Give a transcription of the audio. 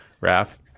Raf